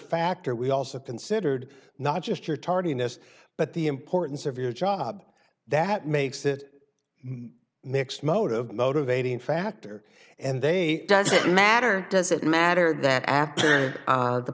factor we also considered not just your tardiness but the importance of your job that makes it mixed motive motivating factor and they doesn't matter does it matter that after